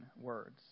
words